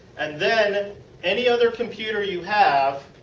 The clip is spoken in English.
and then any other computer you have,